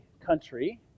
country